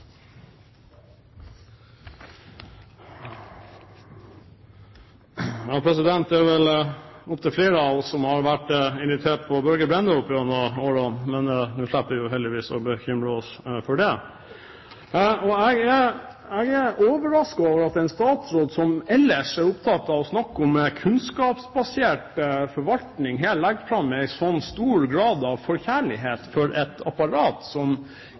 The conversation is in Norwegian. opptil flere av oss som har vært irritert på Børge Brende opp gjennom årene, men nå slipper vi jo heldigvis å bekymre oss for det. Jeg er overrasket over at en statsråd som ellers er opptatt av å snakke om kunnskapsbasert forvaltning, har en sånn stor grad av forkjærlighet for et apparat som